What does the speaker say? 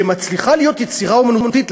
שמצליחה להיות יצירה אמנותית.